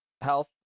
health